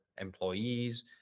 employees